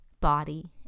body